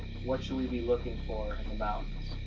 what should we be looking for in the mountains?